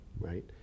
right